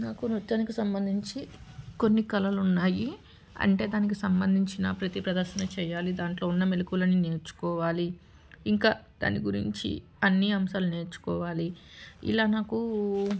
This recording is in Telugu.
నాకు నృత్యానికి సంబంధించి కొన్ని కలలు ఉన్నాయి అంటే దానికి సంబంధించిన ప్రతీ ప్రదర్శన చేయాలి దాంట్లో ఉన్న మెలుకువలని నేర్చుకోవాలి ఇంకా దాని గురించి అన్ని అంశాలు నేర్చుకోవాలి ఇలా నాకు